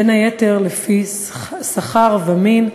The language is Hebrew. בין היתר לפי שכר ומין,